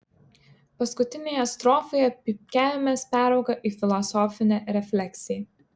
paskutinėje strofoje pypkiavimas perauga į filosofinę refleksiją